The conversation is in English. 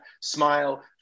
smile